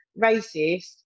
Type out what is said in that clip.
racist